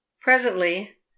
Presently